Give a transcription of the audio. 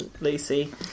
Lucy